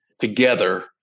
together